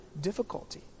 difficulty